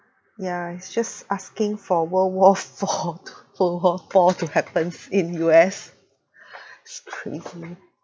yeah it's just asking for world war four world war four to happens in U_S it's crazy